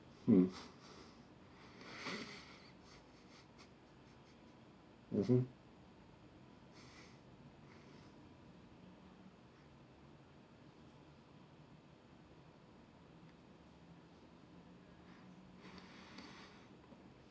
mm mmhmm